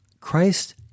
Christ